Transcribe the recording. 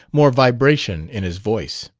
more vibration in his voice.